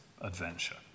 adventure